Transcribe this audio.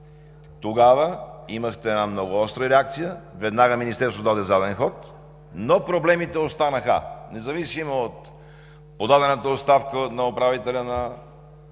Тогава имахте една много остра реакция, веднага Министерството даде заден ход, но проблемите останаха, независимо от подадената оставка на управителя на